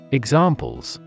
examples